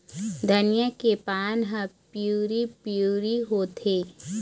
धनिया के पान हर पिवरी पीवरी होवथे?